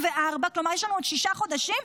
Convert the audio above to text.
כלומר יש לנו עוד שישה חודשים,